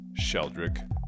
Sheldrick